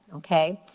okay,